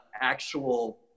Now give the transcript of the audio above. actual